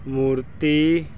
ਮੂਰਤੀ